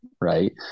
Right